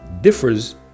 differs